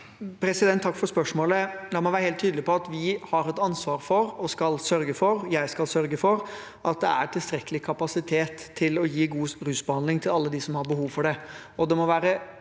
Takk for spørsmålet. La meg være helt tydelig på at vi har et ansvar for og skal sørge for – jeg skal sørge for – at det er tilstrekkelig kapasitet til å gi god rusbehandling til alle dem som har behov for det.